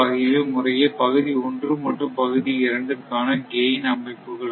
ஆகியவை முறையே பகுதி 1 மற்றும் பகுதி 2 காண கெயின் அமைப்புக்களாகும்